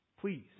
please